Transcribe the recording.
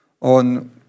on